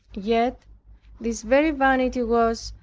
yet this very vanity was,